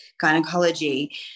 gynecology